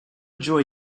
joy